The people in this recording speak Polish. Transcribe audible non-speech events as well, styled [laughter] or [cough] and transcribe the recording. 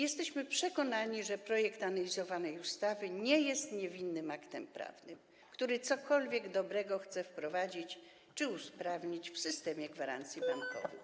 Jesteśmy przekonani, że projekt analizowanej ustawy nie jest niewinnym aktem prawnym, który cokolwiek dobrego chce wprowadzić czy usprawnić w systemie [noise] gwarancji bankowych.